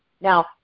Now